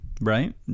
Right